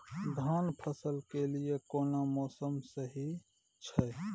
धान फसल के लिये केना मौसम सही छै?